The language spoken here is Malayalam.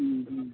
മ്ഹ് ഹ്